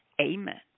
Amen